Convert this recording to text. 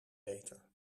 beter